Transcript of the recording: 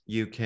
UK